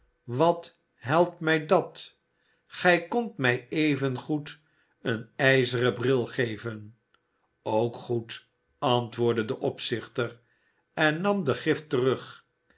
wat helpt mij dat gij kondt mij evengoed een ijzeren bril geven ook goed antwoordde de opzichter en nam de gift terug